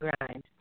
grind